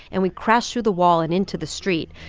and we crashed through the wall and into the street,